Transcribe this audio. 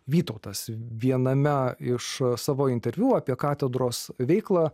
vytautas viename iš savo interviu apie katedros veiklą